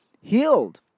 healed